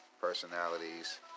personalities